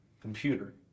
computer